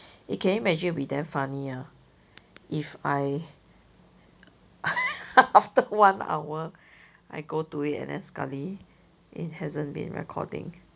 eh can you imagine it'll be damn funny ah if I after one hour I go to it and then sekali it hasn't been recording